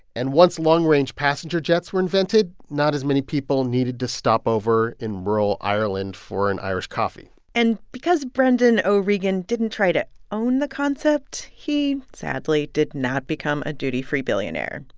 and once long-range passenger jets were invented, not as many people needed to stop over in rural ireland for an irish coffee and because brendan o'regan didn't try to own the concept, he sadly did not become a duty-free billionaire,